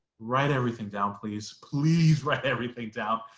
write everything down, please please write everything down.